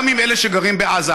גם עם אלה שגרים בעזה,